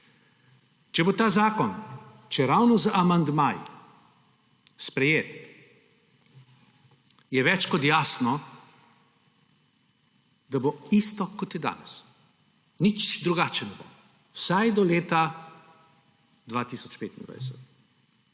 Če bo ta zakon, čeravno z amandmaji, sprejet, je več kot jasno, da bo isto, kot je danes, nič drugačen ne bo, vsaj do leta 2025,